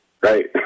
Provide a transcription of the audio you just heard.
Right